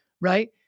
Right